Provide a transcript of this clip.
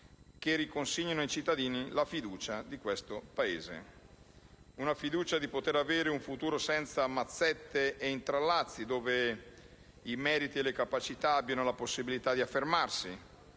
che riconsegnino ai cittadini la fiducia in questo Paese, la fiducia di poter avere un futuro senza mazzette e intrallazzi, in cui il merito e le capacità abbiano la capacità di affermarsi.